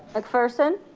mcpherson.